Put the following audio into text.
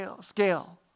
scale